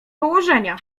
położenia